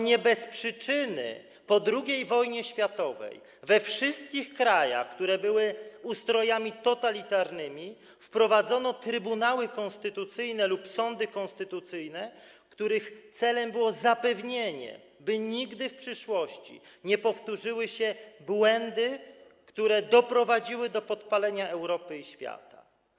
Nie bez przyczyny po II wojnie światowej we wszystkich krajach, które miały ustrój totalitarny, wprowadzono trybunały konstytucyjne lub sądy konstytucyjne, których celem było zapewnienie, by nigdy w przyszłości nie powtórzyły się błędy, które doprowadziły do podpalenia Europy i świata.